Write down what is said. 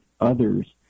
others